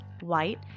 white